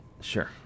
Sure